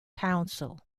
council